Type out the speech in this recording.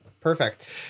Perfect